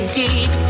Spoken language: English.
deep